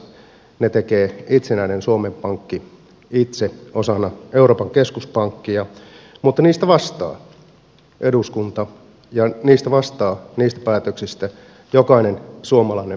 ne tekee itsenäinen suomen pankki itse osana euroopan keskuspankkia mutta niistä vastaa eduskunta ja niistä päätöksistä vastaa jokainen suomalainen veronmaksaja